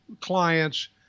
clients